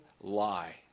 lie